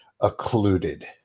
occluded